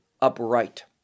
upright